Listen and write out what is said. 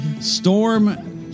Storm